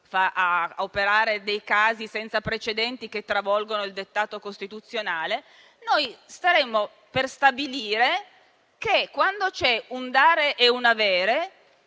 ad operare dei casi senza precedenti, che travolgono il dettato costituzionale. Noi staremmo per stabilire che, quando c'è un dare e un avere,